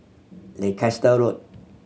Leicester Road